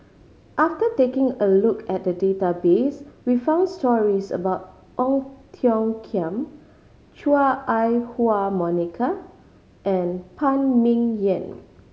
after taking a look at the database we found stories about Ong Tiong Khiam Chua Ah Huwa Monica and Phan Ming Yen